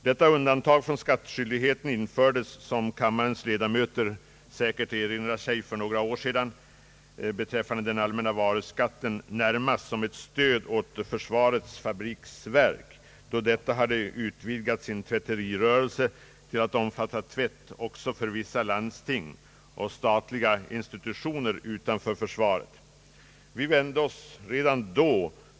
Detta undantag från skattskyldighet beträffande den allmänna varuskatten infördes för några år sedan — som kammarens ledamöter säkert erinrar sig — närmast som ett stöd åt försvarets fabriksverk, då detta hade utvidgat sin tvätterirörelse till att omfatta tvätt också för vissa landsting och statliga institutitioner utanför försvaret.